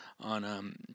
on